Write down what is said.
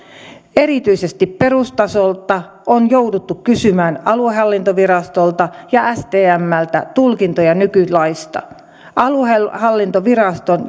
erityisesti perustasolta on jouduttu kysymään aluehallintovirastolta ja stmltä tulkintoja nykylaista aluehallintoviraston